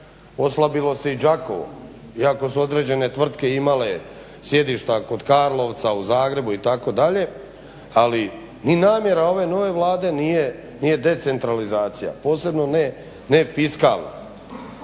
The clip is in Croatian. Oslabilo se i Đakovo iako su određene tvrtke imale sjedišta kod Karlovca, u Zagrebu itd. Ali ni namjera ove nove Vlade nije decentralizacija posebno ne fiskalna.